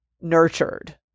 nurtured